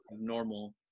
normal